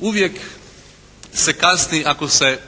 Uvijek se kasni ako se